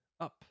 up